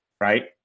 right